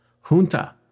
junta